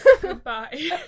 Goodbye